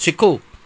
ਸਿੱਖੋ